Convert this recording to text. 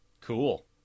Cool